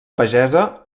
pagesa